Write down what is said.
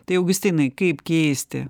tai augustinai kaip keisti